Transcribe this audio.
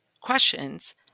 questions